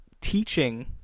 teaching